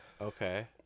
Okay